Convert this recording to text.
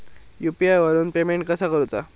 UPI वरून payment कसा करूचा?